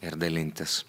ir dalintis